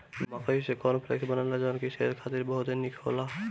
मकई से corn flakes बनेला जवन की सेहत खातिर बहुते निक होला